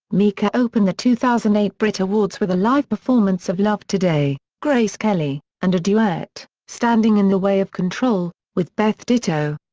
mika opened the two thousand and eight brit awards with a live performance of love today, grace kelly, and a duet, standing in the way of control, with beth ditto.